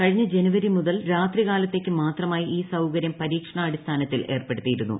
കഴിഞ്ഞ ജനുവരി മുതൽ രാത്രി കാലത്തേക്ക് മാത്രമായി ഈ സൌകര്യം പരീക്ഷണാടിസ്ഥാനത്തിൽ ഏർപ്പെടുത്തിയിരുന്നു